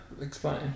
explain